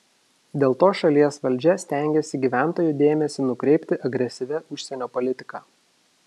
dėl to šalies valdžia stengiasi gyventojų dėmesį nukreipti agresyvia užsienio politika